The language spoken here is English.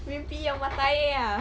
mimpi yang mat salleh ah